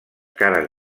cares